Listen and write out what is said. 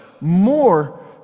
more